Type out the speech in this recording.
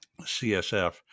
CSF